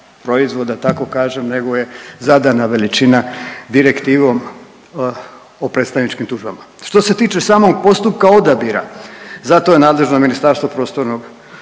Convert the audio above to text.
tako kažem nego je zadana veličina Direktivom o predstavničkim tužbama. Što se tiče samog postupka odabira, za to je nadležno Ministarstvo prostornog,